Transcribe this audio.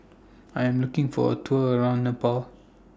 I Am looking For A Tour around Nepal